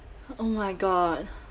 oh my god